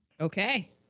Okay